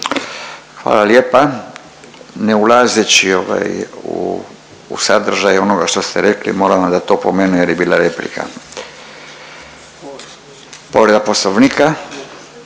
Hvala lijepa, ne ulazeći ovaj u, u sadržaj onoga što ste rekli, moram vam dat opomenu jer je bila replika. Povreda Poslovnika…